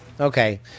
Okay